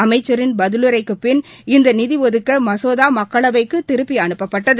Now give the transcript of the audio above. அமைச்சின் பதிலுரைக்குப் பின் இந்த நிதி ஒதுக்க மசோதா மக்களவைக்கு திருப்பி அமைப்பட்டது